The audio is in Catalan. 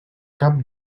cap